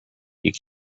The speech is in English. you